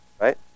Right